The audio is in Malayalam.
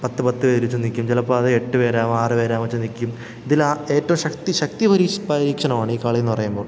പത്ത് പത്ത് പേര് ചെന്നു നിൽക്കും ചിലപ്പം അത് എട്ടു പേരാവാം ആറു പേരാവാം ചെന്ന് നിൽക്കും ഇതിൽ ആ ഏറ്റവും ശക്തി ശക്തി പരീക്ഷണമാണ് ഈ കളിയെന്ന് പറയുമ്പോൾ